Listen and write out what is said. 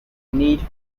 need